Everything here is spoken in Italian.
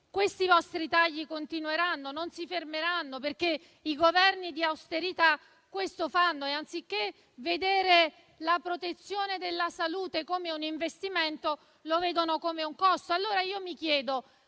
che i vostri tagli continueranno, non si fermeranno, perché i Governi di austerità questo fanno e, anziché vedere la protezione della salute come un investimento, lo vedono come un costo. Quello che